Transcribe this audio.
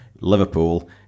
Liverpool